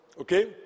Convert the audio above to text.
Okay